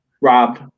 rob